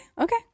Okay